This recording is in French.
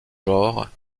genre